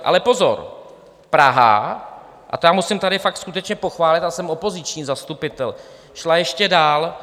Ale pozor, Praha a to musím tady fakt skutečně pochválit, já jsem opoziční zastupitel šla ještě dál.